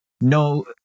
no